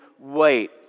wait